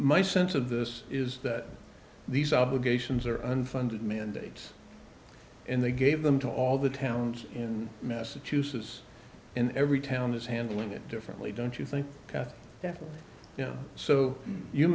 my sense of this is that these obligations are unfunded mandates and they gave them to all the towns in massachusetts in every town is handling it differently don't you think